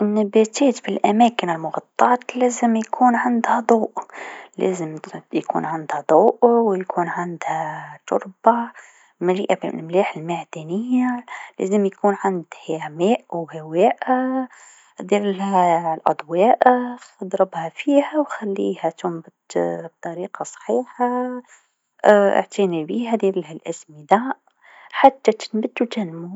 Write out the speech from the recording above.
النباتات في الأماكن المغطات لازم يكون عندها ضوء، لازم يكون عندها ضوء و يكون عندها تربه مليئه بالأملاح المعدنيه، لازم يكون عندها ماء و هواء، ديرلها الأضواء ضربها فيها و خليها تنبت بطريقه صحيحه إعتني بيها، ديرلها الأسمده حتى تنبت و تنمو.